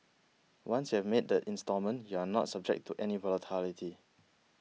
once you have made the instalment you are not subject to any volatility